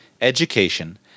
education